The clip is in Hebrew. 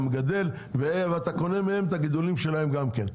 מגדל ואתה קונה מהם את הגידולים שלהם גם כן.